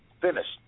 finished